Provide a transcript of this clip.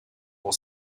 will